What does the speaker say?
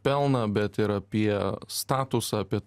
pelną bet ir apie statusą apie